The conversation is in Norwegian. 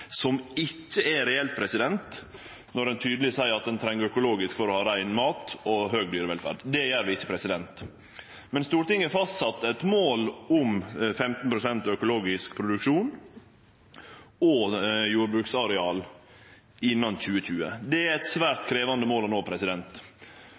som ikkje er reelt, når ein tydeleg seier at ein treng økologisk drift for å ha rein mat og høg dyrevelferd. Det gjer vi ikkje. Men Stortinget har fastsett eit mål om 15 pst. økologisk produksjon og jordbruksareal innan 2020. Det er eit svært